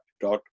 dot